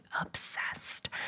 obsessed